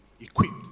equipped